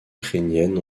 ukrainiennes